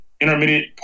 intermittent